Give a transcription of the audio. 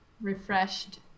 refreshed